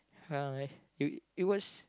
well it it was